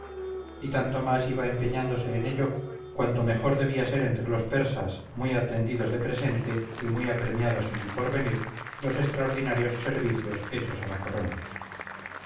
y tanto más iba empeñándose en ello cuanto mejor debía ser entre los persas muy atendidos de presente y muy premiados en el porvenir los extraordinarios servicios hechos a la corona